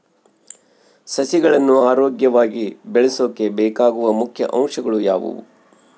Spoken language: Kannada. ಸಸಿಗಳನ್ನು ಆರೋಗ್ಯವಾಗಿ ಬೆಳಸೊಕೆ ಬೇಕಾಗುವ ಮುಖ್ಯ ಅಂಶಗಳು ಯಾವವು?